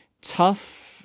tough